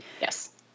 Yes